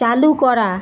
চালু করা